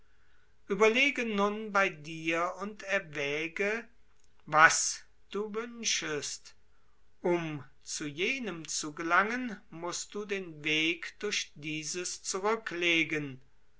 ueberlege nun bei dir und erwäge was du wünschest um zu jenem zu gelangen mußt du den weg durch dieses zurücklegen